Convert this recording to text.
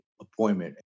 appointment